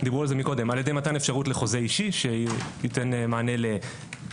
על ידי מתן אפשרות לחוזה אישי שייתן מענה לביקוש,